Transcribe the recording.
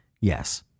Yes